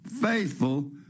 faithful